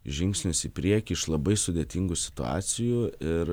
žingsnius į priekį iš labai sudėtingų situacijų ir